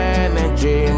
energy